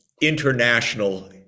international